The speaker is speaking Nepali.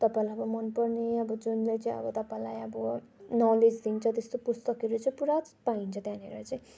तपाईँलाई अब मन पर्ने अब जसले चाहिँ अब तपाईँलाई अब नलेज दिन्छ त्यस्तो पुस्तकहरू चाहिँ पुरा पाइन्छ त्यहाँनेर चाहिँ